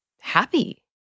happy